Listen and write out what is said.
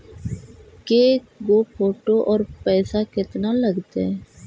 के गो फोटो औ पैसा केतना लगतै?